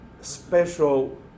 special